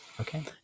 Okay